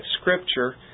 Scripture